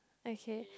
okay